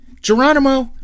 Geronimo